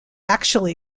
actually